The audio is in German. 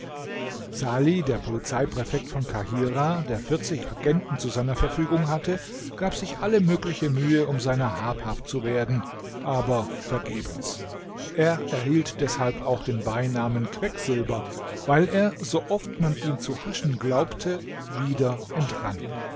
salih der polizeipräfekt von kahirah der vierzig agenten zu seiner verfügung hatte gab sich alle mögliche mühe um seiner habhaft zu werden aber vergebens er erhielt deshalb auch den beinamen quecksilber weil er sooft man ihn zu haschen glaubte wieder entrann